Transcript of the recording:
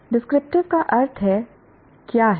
descriptive का अर्थ है क्या है